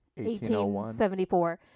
1874